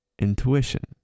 intuition